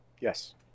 Yes